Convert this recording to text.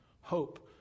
hope